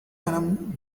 venom